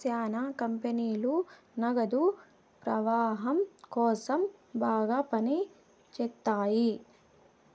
శ్యానా కంపెనీలు నగదు ప్రవాహం కోసం బాగా పని చేత్తాయి